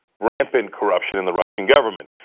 rampant corruption in the russian government.